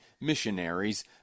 missionaries